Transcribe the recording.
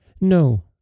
no